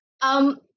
um-